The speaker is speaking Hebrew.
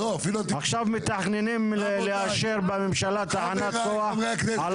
עכשיו מתכננים לאשר בממשלה תחנת כוח על